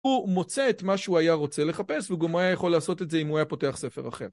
הוא מוצא את מה שהוא היה רוצה לחפש והוא גם היה יכול לעשות את זה אם הוא היה פותח ספר אחר.